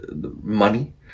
money